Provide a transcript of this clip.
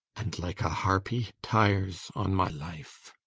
and like a harpy tires on my life